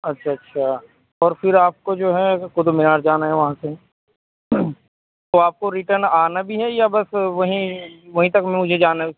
اچھا اچھا اور پھر آپ کو جو ہے قطب مینار جانا ہے وہاں سے تو آپ کو ریٹن آنا بھی ہے یا بس وہیں وہیں تک مجھے جانا